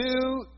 two